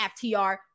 FTR